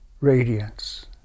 radiance